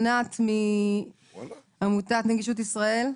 ענת מעמותת נגישות ישראל.